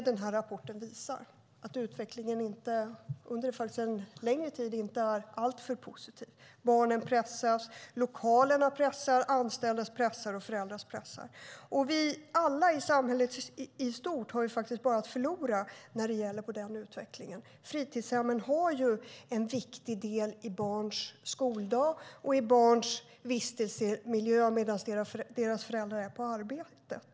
Den här rapporten visar att utvecklingen inte har varit alltför positiv under en längre tid. Barnen, lokalerna, anställda och föräldrar pressas. Alla vi i samhället i stort kan bara förlora på den utvecklingen. Fritidshemmen är en viktig del av barns skoldag. Det är barnens vistelsemiljö medan deras föräldrar är på arbetet.